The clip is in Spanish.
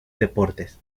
deportes